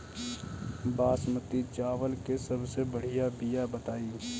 बासमती चावल के सबसे बढ़िया बिया बताई?